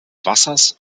wassers